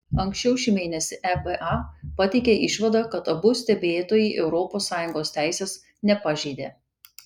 anksčiau šį mėnesį eba pateikė išvadą kad abu stebėtojai europos sąjungos teisės nepažeidė